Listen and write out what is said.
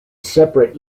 separate